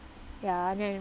ya and then